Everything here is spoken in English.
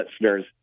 listeners